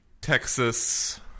Texas